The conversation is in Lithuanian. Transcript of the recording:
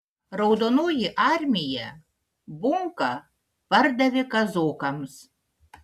raudonoji armija bunką pardavė kazokams